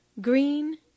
green